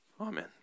Amen